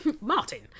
martin